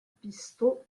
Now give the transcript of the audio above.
pistons